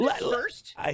first